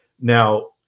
Now